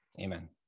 Amen